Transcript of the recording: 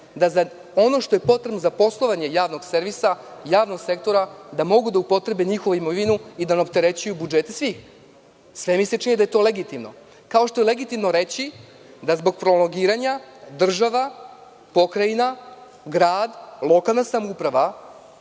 za ono što je potrebno za poslovanje javnog servisa, javnog sektora, da mogu da upotrebe njihovu imovinu i da ne opterećuju budžete svih. Sve mi se čini da je to legitimno, kao što je legitimno reći da zbog prolongiranja država, pokrajina, grad i lokalna samouprava